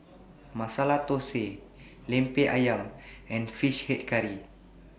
Masala Thosai Lemper Ayam and Fish Head Curry